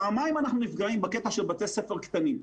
פעמיים אנחנו נפגעים בקטע של בתי ספר קטנים: